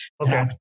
Okay